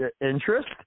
interest